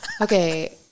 okay